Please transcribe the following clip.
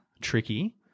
Tricky